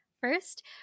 First